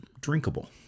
drinkable